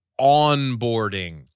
onboarding